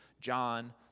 John